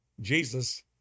Jesus